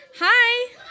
Hi